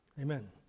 Amen